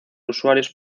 usuarios